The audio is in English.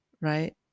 right